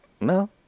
no